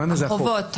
זה החובות.